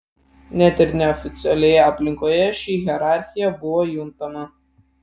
net ir neoficialioje aplinkoje ši hierarchija buvo juntama